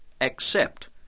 accept